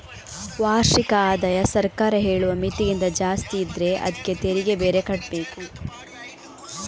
ವಾರ್ಷಿಕ ಆದಾಯ ಸರ್ಕಾರ ಹೇಳುವ ಮಿತಿಗಿಂತ ಜಾಸ್ತಿ ಇದ್ರೆ ಅದ್ಕೆ ತೆರಿಗೆ ಬೇರೆ ಕಟ್ಬೇಕು